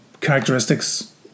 characteristics